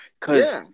cause